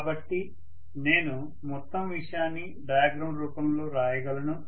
కాబట్టి నేను మొత్తం విషయాన్ని డయాగ్రమ్ రూపంలో వ్రాయగలను